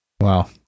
Wow